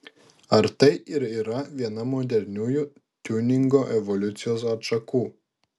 ar tai ir yra viena moderniųjų tiuningo evoliucijos atšakų